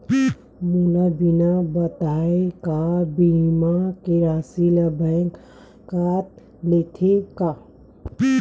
मोला बिना बताय का बीमा के राशि ला बैंक हा कत लेते का?